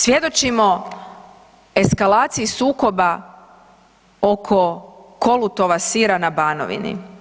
Svjedočimo eskalaciji sukoba oko kolutova sira na Banovini.